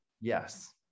yes